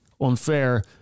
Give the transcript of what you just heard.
unfair